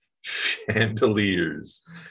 Chandeliers